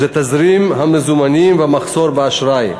שזה תזרים המזומנים והמחסור באשראי.